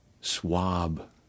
swab